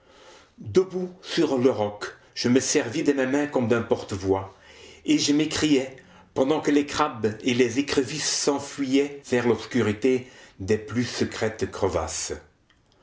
debout sur le roc je me servis de mes mains comme d'un porte-voix et je m'écriai pendant que les crabes et les écrevisses s'enfuyaient vers l'obscurité des plus secrètes crevasses